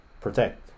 protect